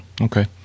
okay